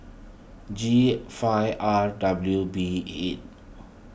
G five R W B eight